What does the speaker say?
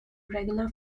regular